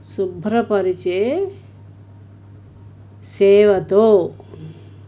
శుభ్రపరిచే సేవతో